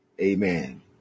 amen